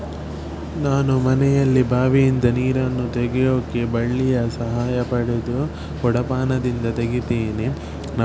ನಾನು ಮನೆಯಲ್ಲಿ ಬಾವಿಯಿಂದ ನೀರನ್ನು ತೆಗೆಯೋಕ್ಕೆ ಬಳ್ಳಿಯ ಸಹಾಯ ಪಡೆದು ಕೊಡಪಾನದಿಂದ ತೆಗಿತೀನಿ